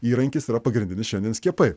įrankis yra pagrindinis šiandien skiepai